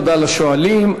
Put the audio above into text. תודה לשואלים.